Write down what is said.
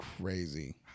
crazy